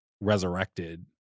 resurrected